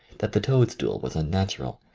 that the toad-stool was unnatural,